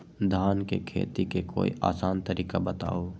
धान के खेती के कोई आसान तरिका बताउ?